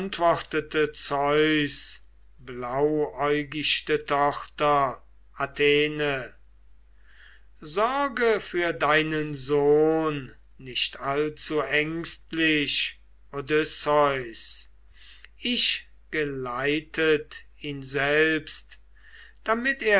zeus blauäugichte tochter athene sorge für deinen sohn nicht allzu ängstlich odysseus ich geleitet ihn selbst damit